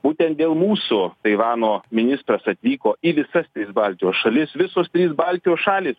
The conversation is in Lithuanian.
būtent dėl mūsų taivano ministras atvyko į visas tris baltijos šalis visos trys baltijos šalys